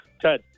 Ted